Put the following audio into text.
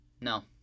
no